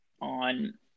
on